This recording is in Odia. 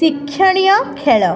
ଶିକ୍ଷଣୀୟ ଖେଳ